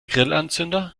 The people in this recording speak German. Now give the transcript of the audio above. grillanzünder